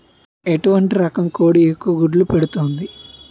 ఎటువంటి రకం కోడి ఎక్కువ గుడ్లు పెడుతోంది?